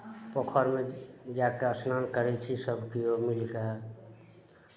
पोखरिमे जा कऽ स्नान करै छी सभकेओ मिलि कऽ